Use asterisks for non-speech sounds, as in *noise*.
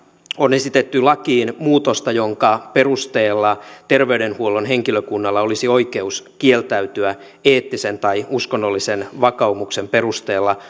on esitetty lakiin muutosta jonka perusteella terveydenhuollon henkilökunnalla olisi oikeus kieltäytyä eettisen tai uskonnollisen vakaumuksen perusteella *unintelligible*